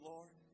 Lord